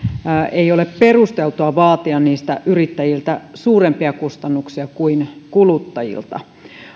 ei ole perusteltua vaatia niistä yrittäjiltä suurempia kustannuksia kuin kuluttajilta